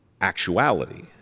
actuality